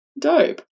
dope